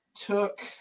took